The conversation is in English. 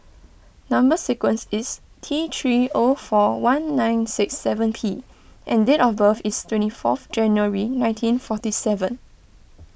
Number Sequence is T three O four one nine six seven P and date of birth is twenty fourth January nineteen forty seven